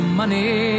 money